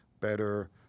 better